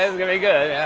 um going to be good, yeah.